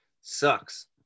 sucks